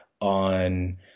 on